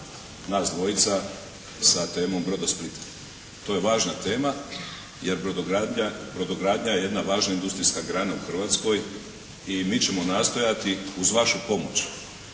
nas dvojica sa temom "Brodosplita". To je važna tema, jer brodogradnja je jedna važna industrijska grana u Hrvatskoj i mi ćemo nastojati uz vašu pomoć